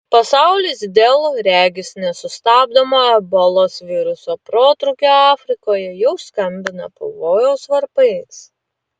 pasaulis dėl regis nesustabdomo ebolos viruso protrūkio afrikoje jau skambina pavojaus varpais